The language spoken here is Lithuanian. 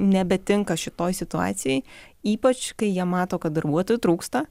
nebetinka šitoj situacijoj ypač kai jie mato kad darbuotojų trūksta